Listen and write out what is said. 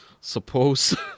Suppose